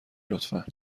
لطفا